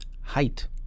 height